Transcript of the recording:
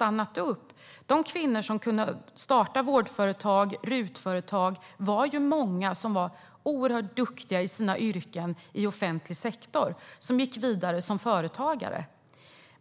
Många av de kvinnor som har kunnat starta vårdföretag och RUT-företag har varit oerhört duktiga i sina yrken i offentlig sektor och har gått vidare som företagare.